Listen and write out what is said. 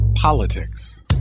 Politics